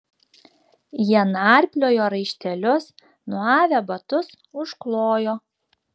jie narpliojo raištelius nuavę batus užklojo